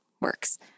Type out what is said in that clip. works